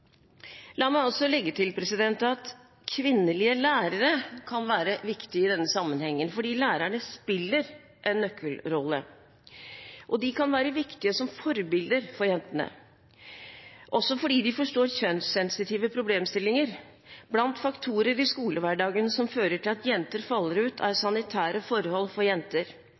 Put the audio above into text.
La meg også legge til at kvinnelige lærere kan være viktige i denne sammenhengen, fordi lærerne spiller en nøkkelrolle. De kan være viktige som forbilder for jentene, også fordi de forstår kjønnssensitive problemstillinger. Blant faktorer i skolehverdagen som fører til at jenter faller ut,